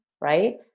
Right